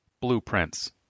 Blueprints